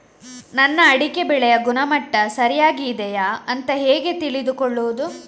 ನನ್ನ ಅಡಿಕೆ ಬೆಳೆಯ ಗುಣಮಟ್ಟ ಸರಿಯಾಗಿ ಇದೆಯಾ ಅಂತ ಹೇಗೆ ತಿಳಿದುಕೊಳ್ಳುವುದು?